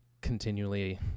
continually